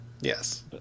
Yes